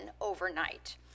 overnight